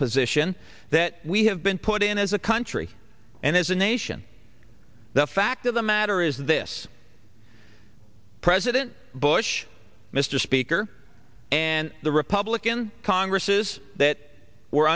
position that we have been put in as a country and as a nation the fact of the matter is this president bush mr speaker and the republican congresses that were